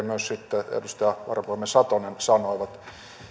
myös sitten edustaja varapuhemies satonen sanoivat